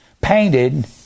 painted